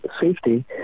safety